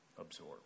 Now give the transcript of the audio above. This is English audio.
absorb